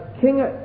king